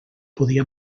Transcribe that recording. podia